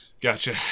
Gotcha